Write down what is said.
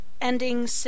ending